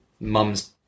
mum's